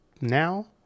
now